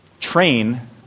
Train